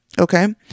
Okay